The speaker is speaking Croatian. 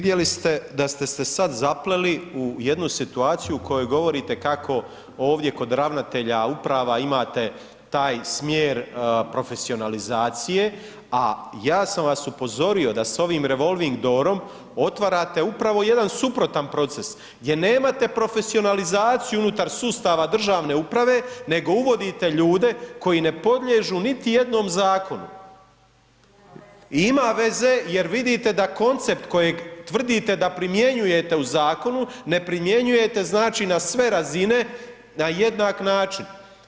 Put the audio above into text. Vidjeli ste da ste se sad zapleli u jednu situaciju u kojoj govorite kako ovdje kod ravnatelja uprava imate taj smjer profesionalizacije a ja sam vas upozorio da sa ovim revolving doorom otvarate upravo jedan suprotan proces gdje nemate profesionalizaciju unutar sustava državne uprave nego uvodite ljude koji ne podliježu niti jednom zakonu. … [[Upadica sa strane, ne razumije se.]] Ima veze jer vidite da koncept kojeg tvrdite da primjenjujete u zakonu, ne primjenjujete znači na sve razine na jednak način.